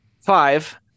Five